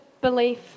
belief